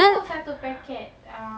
ya dan